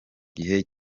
gihe